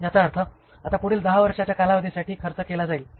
याचा अर्थ आता पुढील 10 वर्षांच्या कालावधीसाठी खर्च केला जाईल